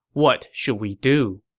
what should we do?